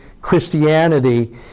Christianity